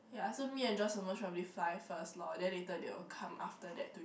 yeah so me and Joyce will most probably fly first lor then later they will come after that to join us